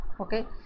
okay